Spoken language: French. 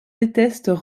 détestent